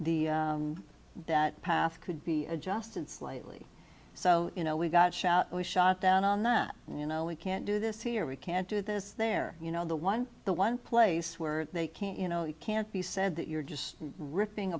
that path could be adjusted slightly so you know we've got shot was shot down on that you know we can't do this here we can't do this there you know the one the one place where they can't you know it can't be said that you're just ripping